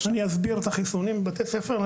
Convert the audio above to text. כן, אני אסביר את החיסונים בבתי הספר.